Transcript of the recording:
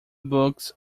books